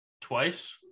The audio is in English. twice